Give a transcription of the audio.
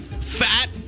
fat